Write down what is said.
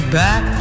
back